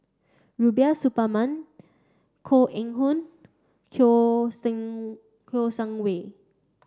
Rubiah Suparman Koh Eng Hoon Kiong Sing Ko Shang Wei